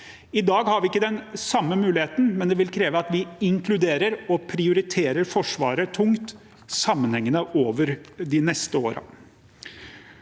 I dag har vi ikke den samme muligheten, men det vil kreve at vi inkluderer og prioriterer Forsvaret tungt, sammenhengende over de neste årene.